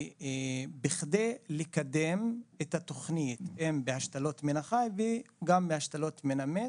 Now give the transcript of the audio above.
בכדי לקדם את התוכנית אם בהשתלות מן החי וגם בהשתלות מן המת.